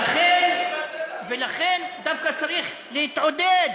ולכן, דווקא צריך להתעודד